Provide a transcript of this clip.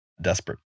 desperate